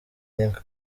think